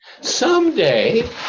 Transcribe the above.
Someday